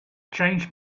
changed